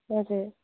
हजुर